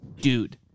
dude